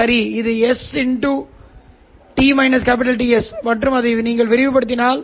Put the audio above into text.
எனவே இது உண்மையில் இரண்டு வழிகளில் உணரப்பட்டது